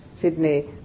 Sydney